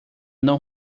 não